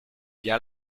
bien